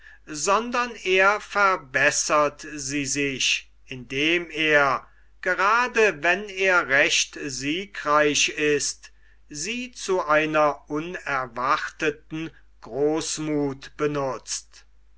sondern er verbessert sie sich indem er grade wann er recht siegreich ist sie zu einer unerwarteten großmuth benutzt